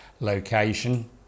location